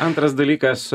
antras dalykas